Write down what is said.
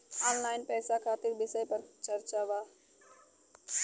Online पैसा खातिर विषय पर चर्चा वा?